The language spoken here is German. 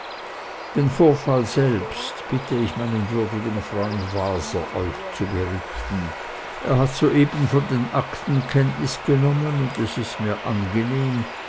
den vorfall selbst bitte ich meinen würdigen freund waser euch zu berichten er hat soeben von den akten kenntnis genommen und es ist mir angenehm